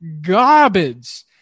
garbage